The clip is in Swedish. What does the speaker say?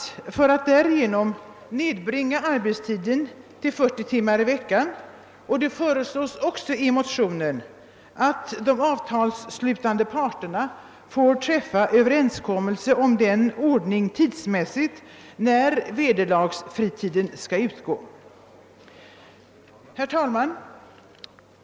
Herr talman!